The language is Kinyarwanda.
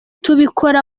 tubikora